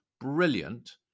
brilliant